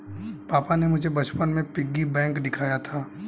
पापा ने मुझे बचपन में पिग्गी बैंक दिया था